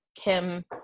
Kim